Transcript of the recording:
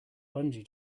bungee